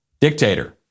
dictator